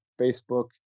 Facebook